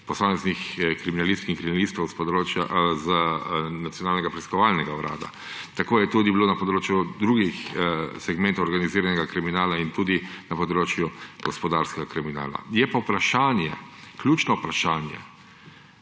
posameznih kriminalistk in kriminalistov z Nacionalnega preiskovalnega urada. Tako je tudi bilo na področju drugih segmentov organiziranega kriminala in tudi na področju gospodarskega kriminala. Je pa ključno vprašanje,